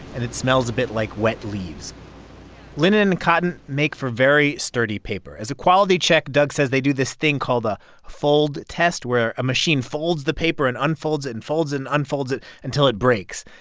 and it smells a bit like wet leaves linen and cotton make for very sturdy paper. as a quality check, doug says they do this thing called a fold test where a machine folds the paper and unfolds it and folds it and unfolds it until it breaks.